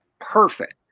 perfect